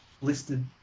listed